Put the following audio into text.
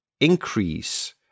increase